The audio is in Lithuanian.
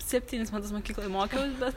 septynis metus mokykloj mokiausi bet